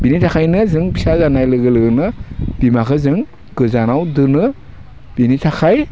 बिनि थाखायनो जों फिसा जानाय लोगो लोगोनो बिमाखौ जों गोजानाव दोनो बेनि थाखाय